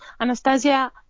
Anastasia